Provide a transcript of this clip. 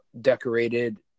decorated